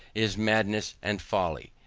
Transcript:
is madness and folly.